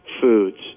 foods